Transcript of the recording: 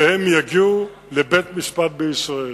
והם יגיעו לבית-משפט בישראל.